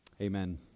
Amen